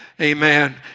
amen